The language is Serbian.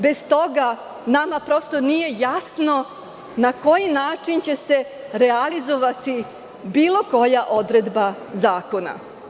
Bez toga nama prosto nije jasno na koji način će se realizovati bilo koja odredba zakona.